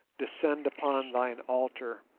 descend upon thine altar!